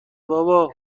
بابا